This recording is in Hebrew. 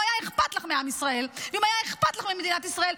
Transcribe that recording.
אם היה אכפת לך מעם ישראל ואם היה אכפת לך ממדינת ישראל,